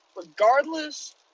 Regardless